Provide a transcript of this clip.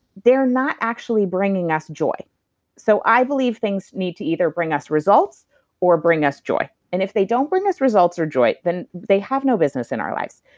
they're not actually bringing us joy so i believe things need to either bring us results or bring us joy. and if they don't bring this results or joy, then they have no business in our lives.